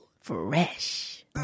Fresh